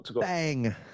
Bang